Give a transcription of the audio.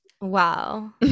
Wow